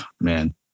man